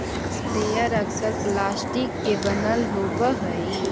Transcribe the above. sprayer अक्सर plastic के बनल होवऽ हई